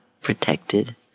protected